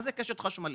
מה זה קשת חשמלית?